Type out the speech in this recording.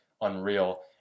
unreal